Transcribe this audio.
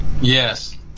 yes